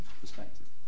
perspective